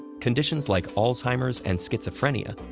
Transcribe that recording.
conditions like alzheimer's and schizophrenia,